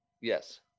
Yes